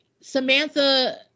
Samantha